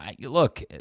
look